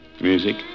Music